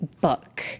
book